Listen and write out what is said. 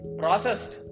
processed